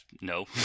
no